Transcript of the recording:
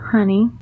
Honey